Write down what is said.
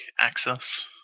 access